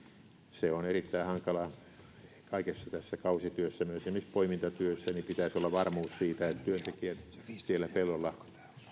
se on erittäin hankalaa myös kaikessa tässä kausityössä nyt poimintatyössä pitäisi olla varmuus siitä että työntekijät siellä pelloilla